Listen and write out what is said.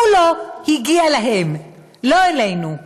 כולו הגיע אליהם ולא אלינו,